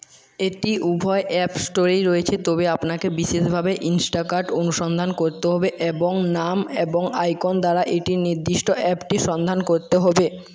এটি উভয় অ্যাপ স্টোরেই রয়েছে তবে আপনাকে বিশেষভাবে ইন্সটাকাট অনুসন্ধান করতে হবে এবং নাম এবং আইকন দ্বারা এটির নির্দিষ্ট অ্যাপটি সন্ধান করতে হবে